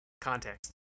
context